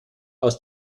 aus